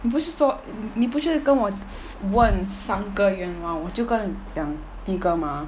你不是说你不是跟我问三个愿望我就跟你讲第一个 mah